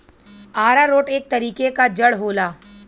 आरारोट एक तरीके क जड़ होला